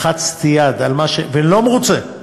לחצתי יד על מה ש ואני לא מרוצה.